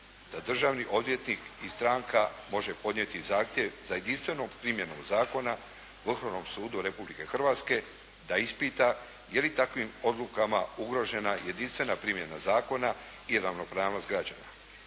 da državni odvjetnik i stranka može podnijeti zahtjev za jedinstvenim primjenom zakona Vrhovnom sudu Republike Hrvatske da ispita, je li takvim odlukama ugrožena jedinstvena primjena zakona i ravnopravnost građana.